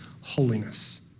holiness